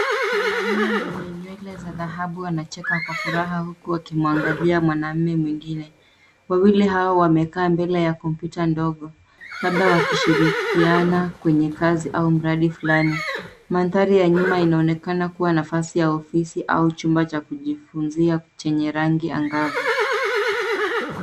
Mwanaume mwenye nywele za dhahabu anacheka kwa furaha huku akimwangalia mwanaume mwengine. Wawili hawa wamekaa mbele ya kompyuta ndogo labda wakishirikiana kwenye kazi au mradi fulani. Mandhari ya nyuma inaonekana kuwa nafasi ya ofisi au chumba cha kujifunzia chenye rangi angavu.